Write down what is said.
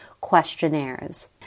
questionnaires